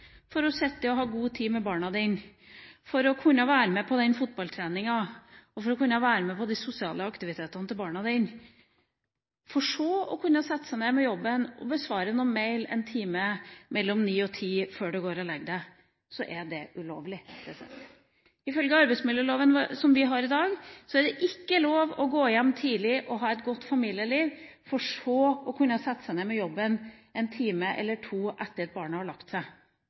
for å sitte og ha god tid med barna dine, for å kunne være med på fotballtreninga og for å kunne være med på de sosiale aktivitetene til barna dine, og for så å kunne sette deg ned med jobben og besvare noen mail en time mellom ni og ti før du går og legger deg, så er det ulovlig. Ifølge arbeidsmiljøloven som vi har i dag, er det ikke lov å gå hjem tidlig og ha et godt familieliv for så å kunne sette seg ned med jobben en time eller to etter at barna har lagt seg.